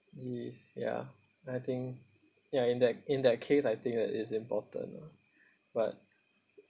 yes ya I think ya in that in that case I think that is important lah but